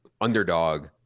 underdog